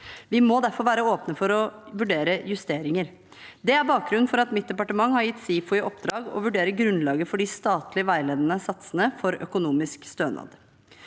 Vi må derfor være åpne for å vurdere justeringer. Det er bakgrunnen for at mitt departement har gitt SIFO i oppdrag å vurdere grunnlaget for de statlige veiledende satsene for økonomisk stønad.